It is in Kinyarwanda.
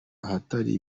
ahatari